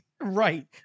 right